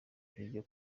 n’iryo